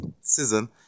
season